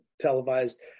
televised